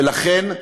ולכן,